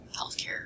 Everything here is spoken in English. healthcare